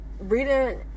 reading